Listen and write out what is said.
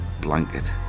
blanket